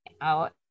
out